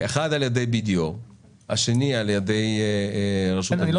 מודל אחד על ידי BDO והשני על ידי --- אני לא